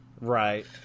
Right